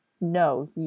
no